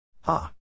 Ha